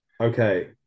Okay